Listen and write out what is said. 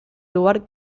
lugar